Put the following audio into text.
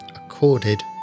accorded